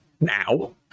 now